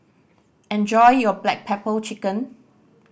enjoy your black pepper chicken